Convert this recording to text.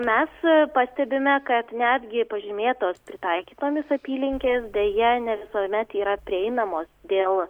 mes pastebime kad netgi pažymėtos pritaikytomis apylinkės deja ne visuomet yra prieinamos dėl